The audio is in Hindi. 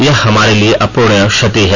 यह हमारे लिए अप्रणीय क्षति है